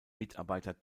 mitarbeiter